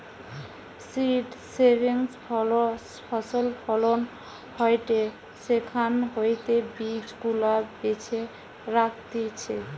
seed saving ফসল ফলন হয়টে সেখান হইতে বীজ গুলা বেছে রাখতিছে